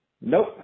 Nope